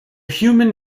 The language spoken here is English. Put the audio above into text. human